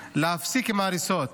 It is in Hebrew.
להפסיק עם ההריסות,